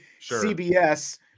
CBS